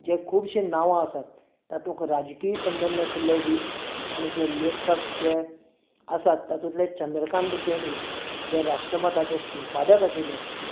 जे खुबशे नांवां आसात तातूंत राजकीय संबंद आशिल्लेय बी आनी जे लेखक जे आसात तातुंतले चंद्रकांत केणी जे राष्ट्रमताचे संपादक आशिल्ले